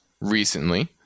recently